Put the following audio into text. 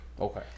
Okay